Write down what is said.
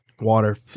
Water